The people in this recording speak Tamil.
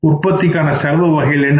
உற்பத்திக்கான செலவுகள் வகைகள் என்னென்ன